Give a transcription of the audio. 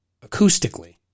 acoustically